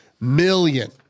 million